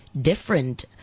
different